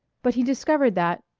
but he discovered that,